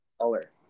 color